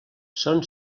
són